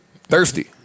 Thirsty